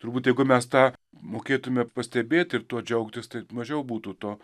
turbūt jeigu mes tą mokėtume pastebėt ir tuo džiaugtis tai mažiau būtų to